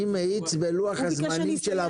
אני מאיץ בלוח הזמנים של הוועדה.